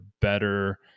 better